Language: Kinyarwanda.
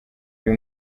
uyu